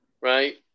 Right